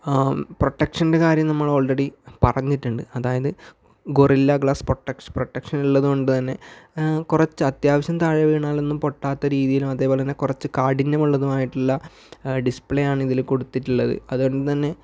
പ്രൊട്ടക്ഷൻ്റെ കാര്യം നമ്മൾ ആൾറെഡി പറഞ്ഞിട്ടുണ്ട് അതായത് ഗോറില്ല ഗ്ലാസ് പ്രൊട്ടക്ഷൻ പ്രൊട്ടക്ഷൻ ഉള്ളതുകൊണ്ട് തന്നെ കുറച്ച് അത്യാവശ്യം താഴെ വീണാൽ ഒന്നും പൊട്ടാത്ത രീതിയിൽ അതേപോലെ തന്നെ കുറച്ച് കാഠിന്യം ഉള്ളതും ആയിട്ടുള്ള ഡിസ്പ്ലേ ആണ് ഇതിൽ കൊടുത്തിട്ടുള്ളത് അതുകൊണ്ടു തന്നെ